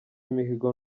imihigo